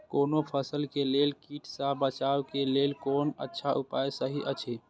कोनो फसल के लेल कीट सँ बचाव के लेल कोन अच्छा उपाय सहि अछि?